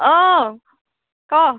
অ' ক